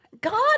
God